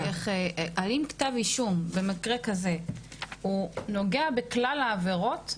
האם כתב אישום במקרה כזה הוא נוגע בכלל העבירות?